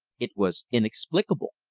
it was inexplicable!